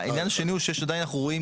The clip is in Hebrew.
העניין השני הוא שאנחנו עדיין רואים